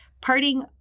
parting